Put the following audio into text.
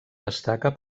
destaca